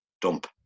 dump